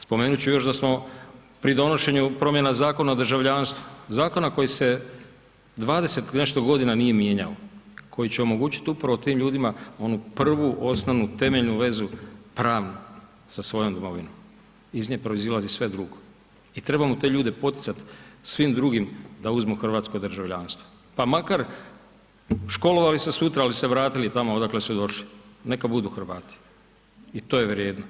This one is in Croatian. Spomenut ću još da smo pri donošenju promjena Zakona o državljanstvu, zakona koji se 20 i nešto godina nije mijenjao, koji će omogućit upravo tim ljudima onu prvu, osnovnu, temeljnu vezu, pravnu sa svojom domovinom, iz nje proizilazi sve drugo i trebamo te ljude poticat svim drugim da uzmu hrvatsko državljanstvo, pa makar školovali se sutra, ali se vratili tamo odakle su i došli, neka budu Hrvati i to je vrijedno.